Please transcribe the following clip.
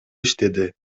иштеди